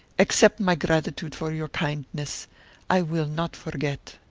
accept my gratitude for your kindness i will not forget.